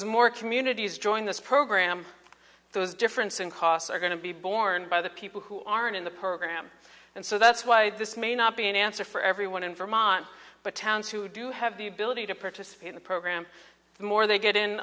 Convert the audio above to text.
as more communities join this program those difference in costs are going to be borne by the people who aren't in the program and so that's why this may not be an answer for everyone in vermont but towns who do have the ability to participate in the program the more they get in